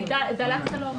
אני במקום אבוטבול.